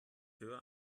höher